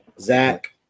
Zach